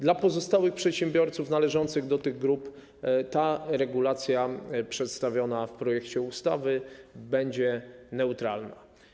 Dla pozostałych przedsiębiorców należących do tych grup ta regulacja przedstawiona w projekcie ustawy będzie neutralna.